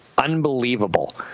unbelievable